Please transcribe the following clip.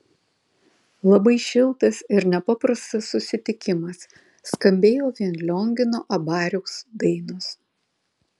labai šiltas ir nepaprastas susitikimas skambėjo vien liongino abariaus dainos